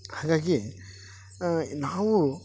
ಹಾಗಾಗಿ ನಾವು